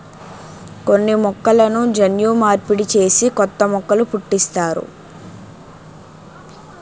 కొన్ని మొక్కలను జన్యు మార్పిడి చేసి కొత్త మొక్కలు పుట్టిస్తారు